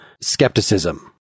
skepticism